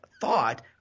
thought